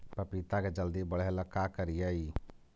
पपिता के जल्दी बढ़े ल का करिअई?